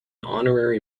honorary